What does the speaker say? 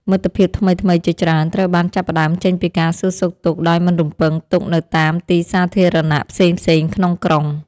មិត្តភាពថ្មីៗជាច្រើនត្រូវបានចាប់ផ្តើមចេញពីការសួរសុខទុក្ខដោយមិនរំពឹងទុកនៅតាមទីសាធារណៈផ្សេងៗក្នុងក្រុង។